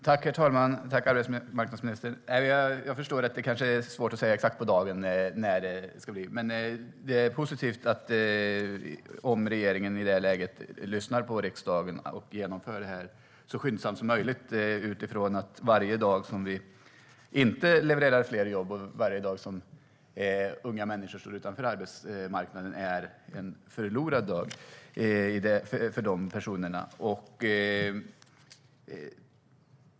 Herr talman! Tack, arbetsmarknadsministern! Jag förstår att det kanske är svårt att säga exakt på dagen när det ska bli. Det är positivt om regeringen i detta läge lyssnar på riksdagen och genomför detta så skyndsamt som möjligt. Varje dag som vi inte levererar fler jobb och som unga människor står utanför arbetsmarknaden är en förlorad dag för de personerna.